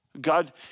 God